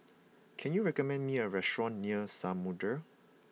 can you recommend me a restaurant near Samudera